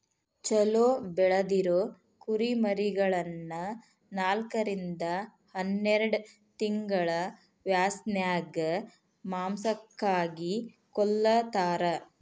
ಚೊಲೋ ಬೆಳದಿರೊ ಕುರಿಮರಿಗಳನ್ನ ನಾಲ್ಕರಿಂದ ಹನ್ನೆರಡ್ ತಿಂಗಳ ವ್ಯಸನ್ಯಾಗ ಮಾಂಸಕ್ಕಾಗಿ ಕೊಲ್ಲತಾರ